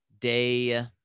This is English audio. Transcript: day